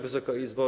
Wysoka Izbo!